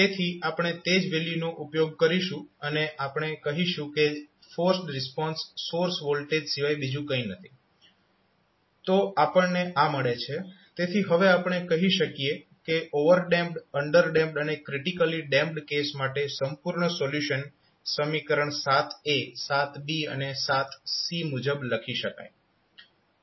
તેથી આપણે તે જ વેલ્યુનો ઉપયોગ કરીશું અને આપણે કહીશું કે ફોર્સ્ડ રિસ્પોન્સ સોર્સ વોલ્ટેજ સિવાય બીજું કંઈ નથી તો આપણને આ મળે છે તેથી હવે આપણે કહી શકીએ કે ઓવરડેમ્પ્ડ અન્ડરડેમ્પ્ડ અને ક્રિટીકલી ડેમ્પ્ડ કેસ માટે સંપૂર્ણ સોલ્યુશન સમીકરણ અને મુજબ લખી શકાય